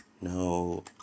No